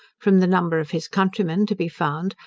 from the number of his countrymen to be found,